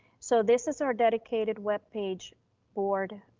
so this is our dedicated webpage board.